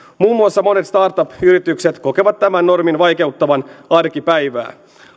muun muassa monet startup yritykset kokevat tämän normin vaikeuttavan arkipäivää